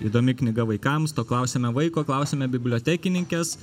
įdomi knyga vaikams to klausėme vaiko klauėme bibliotekininkės